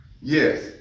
Yes